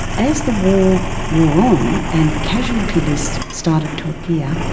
as the war wore on and the casualty lists started to appear,